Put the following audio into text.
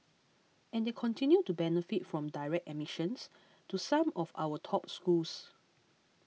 and they continue to benefit from direct admissions to some of our top schools